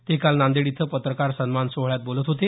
ते काल नांदेड इथं पत्रकार सन्मान सोहळ्यात बोलत होते